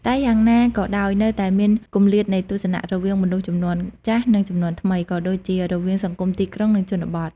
តែយ៉ាងណាក៏ដោយនៅតែមាន គម្លាតនៃទស្សនៈ រវាងមនុស្សជំនាន់ចាស់ និងជំនាន់ថ្មី ក៏ដូចជារវាងសង្គមទីក្រុង និងជនបទ ។